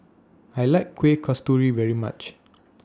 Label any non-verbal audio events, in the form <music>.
<noise> I like Kuih Kasturi very much